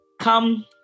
come